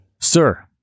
Sir